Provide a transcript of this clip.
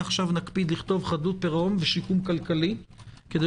נקפיד לכתוב חדלות פירעון ושיקום כלכלי כדי